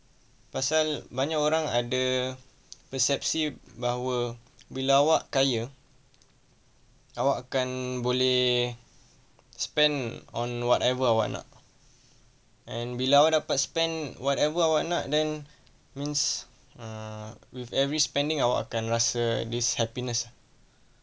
pasal banyak orang ada persepsi bahawa bila awak kaya awak akan boleh spend on whatever and what not and bila awak dapat spend whatever and what not then means err with every spending awak akan rasa this happiness